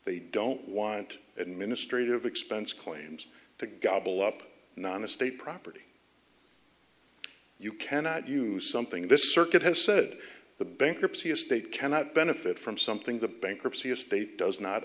they don't want administrative expense claims to gobble up non estate property you cannot use something this circuit has said the bankruptcy estate cannot benefit from something the bankruptcy estate does not